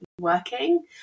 working